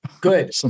good